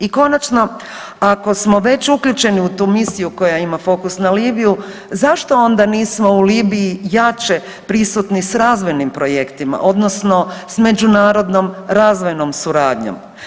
I konačno, ako smo već uključeni u tu misiju koja ima fokus na Libiju zašto onda nismo u Libiji jače prisutni s razvojnim projektima odnosno s međunarodnom razvojnom suradnjom?